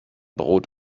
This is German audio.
brot